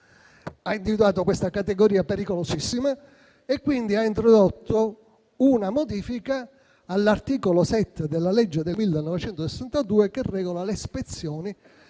Ha individuato questa categoria pericolosissima e ha introdotto una modifica all'articolo 7 della legge n. 1311 del 1962 che regola le ispezioni